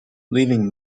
leaving